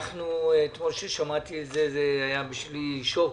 אתמול כששמעתי את זה, היה בשבילי שוק,